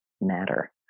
matter